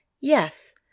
Yes